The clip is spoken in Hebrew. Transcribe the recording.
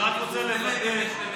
אני רק רוצה לוודא,